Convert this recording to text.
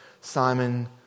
Simon